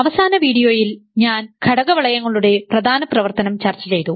അവസാന വീഡിയോയിൽ ഞാൻ ഘടക വളയങ്ങളുടെ പ്രധാന പ്രവർത്തനം ചർച്ചചെയ്തു